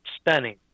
stunning